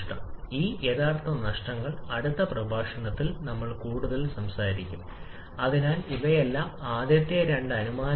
ഇപ്പോൾ ഈ യഥാർത്ഥ ഡയഗ്രം നോക്കൂ ഇപ്പോൾ നിങ്ങൾ 100 സംസാരിക്കുമ്പോൾ നമ്മൾ യഥാർത്ഥത്തിൽ സംസാരിക്കുന്നു സ്റ്റൈക്കിയോമെട്രിക് മിശ്രിതത്തെക്കുറിച്ച്